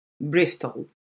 bristol